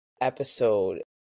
episode